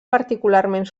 particularment